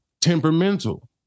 temperamental